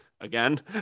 again